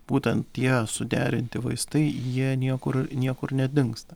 būtent tie suderinti vaistai jie niekur niekur nedingsta